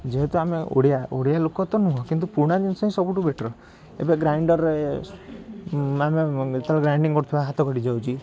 ଯେହେତୁ ଆମେ ଓଡ଼ିଆ ଓଡ଼ିଆ ଲୋକ ତ ନୁହଁ କିନ୍ତୁ ପୁରୁଣା ଜିନିଷ ହିଁ ସବୁଠୁ ବେଟର୍ ଏବେ ଗ୍ରାଇଣ୍ଡର୍ରେ ମାନେ ଯେତେବେଳେ ଗ୍ରାଇଣ୍ଡିଙ୍ଗ୍ କରୁଥିବା ହାତ କଟିଯାଉଛି